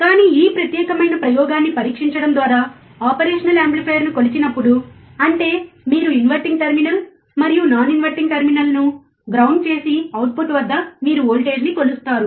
కానీ మీరు ఈ ప్రత్యేకమైన ప్రయోగాన్ని పరీక్షించడం ద్వారా ఆపరేషనల్ యాంప్లిఫైయర్ను కొలిచినప్పుడు అంటే మీరు ఇన్వర్టింగ్ టెర్మినల్ మరియు నాన్ ఇన్వర్టింగ్ టెర్మినల్ ను గ్రౌండ్ చేసి అవుట్పుట్ వద్ద మీరు ఓల్టేజ్ నీ కొలుస్తారు